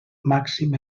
màxim